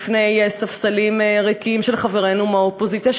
לפני ספסלים ריקים של חברינו מהאופוזיציה,